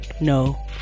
No